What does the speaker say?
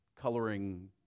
coloring